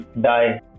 die